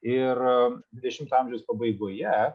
ir dvidešimto amžiaus pabaigoje